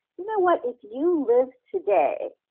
you know what, if you live today,